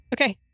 Okay